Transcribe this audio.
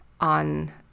on